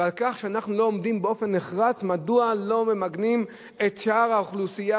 ולכך שאנחנו לא עומדים באופן נחרץ כשלא ממגנים את שאר האוכלוסייה,